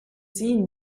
sie